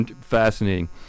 fascinating